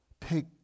take